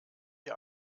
die